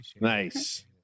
Nice